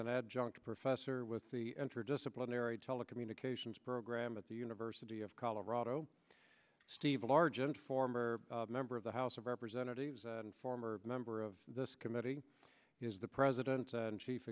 an adjunct professor with the interdisciplinary telecommunications program at the university of colorado steve largent former member of the house of representatives and former member of this committee is the president and chief